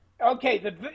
Okay